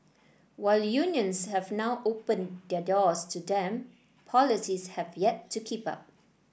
while unions have now opened their doors to them policies have yet to keep up